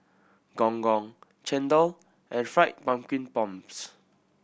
Gong Gong chendol and Fried Pumpkin Prawns